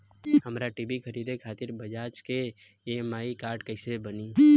हमरा टी.वी खरीदे खातिर बज़ाज़ के ई.एम.आई कार्ड कईसे बनी?